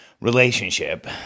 relationship